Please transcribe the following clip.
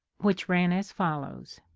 which ran as follows.